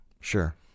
sure